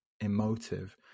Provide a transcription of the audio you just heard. emotive